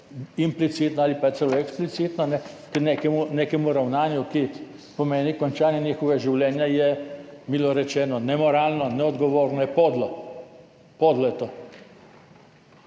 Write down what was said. implicitno ali pa celo eksplicitno k nekemu ravnanju, ki pomeni končanje njihovega življenja, je milo rečeno nemoralno, neodgovorno, je podlo. Podlo je to!